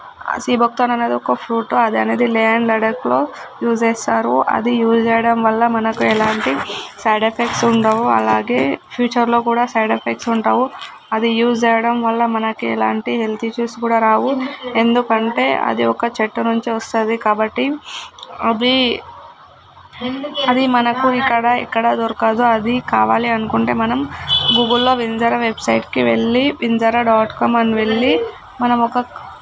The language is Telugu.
సీబక్తాన్ అనేది ఒక ఫ్రూటు అది అనేది లే అండ్ లడక్లో యూజ్ చేస్తారు అది యూజ్ చేయడం వల్ల మనకు ఎలాంటి సైడ్ ఎఫెక్ట్స్ ఉండవు అలాగే ఫ్యూచర్లో కూడా సైడ్ ఎఫెక్ట్స్ ఉండవు అది యూజ్ చేయడం వల్ల మనకు ఎలాంటి హెల్త్ ఇష్యూస్ కూడా రావు ఎందుకంటే అది ఒక చెట్టు నుంచి వస్తుంది కాబట్టి అది అది మనకు ఇక్కడ ఎక్కడ దొరకదు అది కావాలి అనుకుంటే మనం గూగుల్లో వింజరా వెబ్సైట్కి వెళ్ళి వింజరా డాట్ కామ్ అని వెళ్ళి మనం ఒక